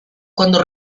cuando